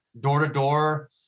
Door-to-door